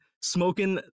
smoking